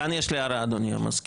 כאן יש לי הערה, אדוני המזכיר.